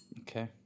Okay